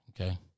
okay